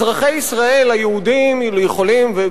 אזרחי ישראל היהודים יכולים,